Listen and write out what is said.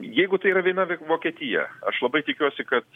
jeigu tai yra viena vokietija aš labai tikiuosi kad